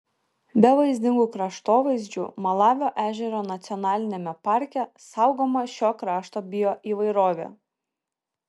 be vaizdingų kraštovaizdžių malavio ežero nacionaliniame parke saugoma šio krašto bioįvairovė